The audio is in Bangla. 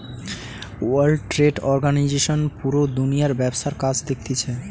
ওয়ার্ল্ড ট্রেড অর্গানিজশন পুরা দুনিয়ার ব্যবসার কাজ দেখতিছে